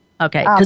Okay